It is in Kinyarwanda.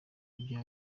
ibyo